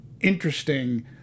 interesting